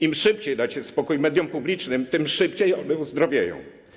Im szybciej dacie spokój mediom publicznym, tym szybciej one wyzdrowieją.